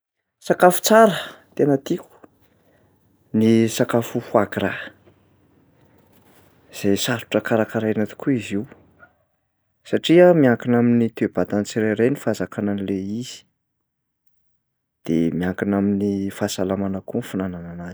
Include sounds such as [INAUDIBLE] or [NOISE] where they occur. Sakafo tsara tena tiako ny sakafo foie gras, zay sarotra karakaraina tokoa izy io [NOISE] satria miankina amin'ny toe-batan'ny tsirairay ny fahazakana an'lay izy de miankina amin'ny fahasalamana koa ny fihinanana anazy.